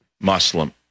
muslim